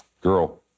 Girl